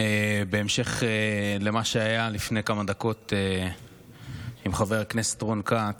בהמשך למה שהיה לפני כמה דקות עם חבר הכנסת רון כץ,